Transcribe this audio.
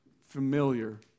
familiar